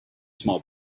small